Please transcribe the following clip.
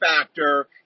factor